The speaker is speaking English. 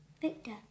Victor